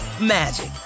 magic